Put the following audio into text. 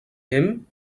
him